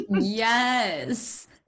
Yes